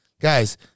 Guys